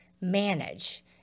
manage